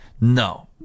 no